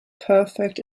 perfect